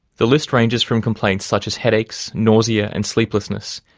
the list ranges from complaints such as headaches, nausea and sleeplessness,